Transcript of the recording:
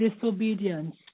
disobedience